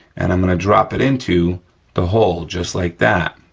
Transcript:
and i'm gonna drop it into the hole, just like that,